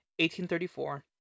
1834